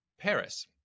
Paris